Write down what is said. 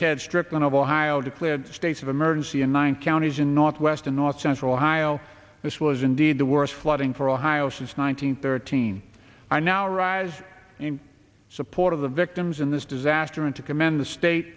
ted strickland of ohio declared states of emergency in one counties in northwestern north central ohio this was indeed the worst flooding for ohio since nine hundred thirteen are now rise in support of the victims in this disaster and to commend the state